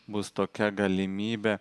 bus tokia galimybė